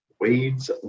Wade's